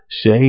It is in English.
Say